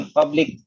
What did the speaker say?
public